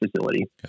facility